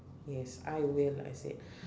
yes I will I said